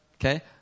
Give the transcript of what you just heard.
Okay